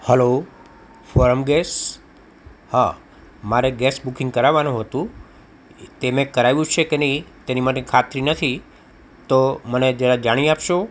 hello Foram gas હા મારે gas booking કરાવવાનું હતું તે મેં કરાયુ છે કે નહીં તેની માટે ખાતરી નથી તો મને જરા જાણી આપશો